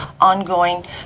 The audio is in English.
ongoing